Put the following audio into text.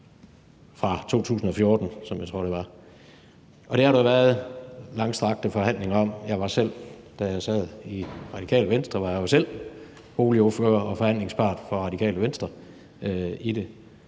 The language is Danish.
fra 2014, tror jeg det var, og det har der jo været langstrakte forhandlinger om. Da jeg sad i Radikale Venstre, var jeg selv boligordfører og forhandlingspart fra Radikale Venstre, og det